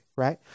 ，right？